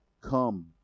Come